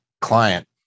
client